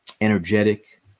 energetic